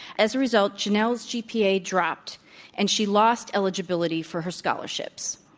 as a result, janelle s gpa dropped and she lost eligibility for her scholarships.